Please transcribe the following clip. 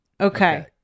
Okay